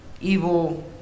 evil